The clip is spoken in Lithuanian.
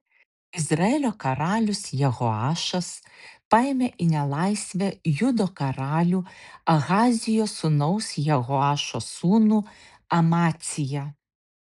izraelio karalius jehoašas paėmė į nelaisvę judo karalių ahazijo sūnaus jehoašo sūnų amaciją